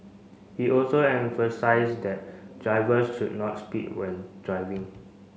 he also emphasised that drivers should not speed when driving